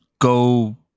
Go